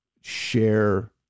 share